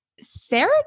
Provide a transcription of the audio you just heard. Sarah